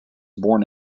born